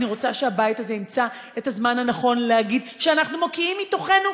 אני רוצה שהבית הזה ימצא את הזמן הנכון להגיד שאנחנו מקיאים מתוכנו,